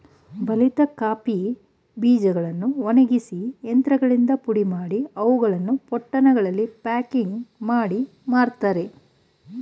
ಬಲಿತ ಕಾಫಿ ಬೀಜಗಳನ್ನು ಒಣಗಿಸಿ ಯಂತ್ರಗಳಿಂದ ಪುಡಿಮಾಡಿ, ಅವುಗಳನ್ನು ಪೊಟ್ಟಣಗಳಲ್ಲಿ ಪ್ಯಾಕಿಂಗ್ ಮಾಡಿ ಮಾರ್ತರೆ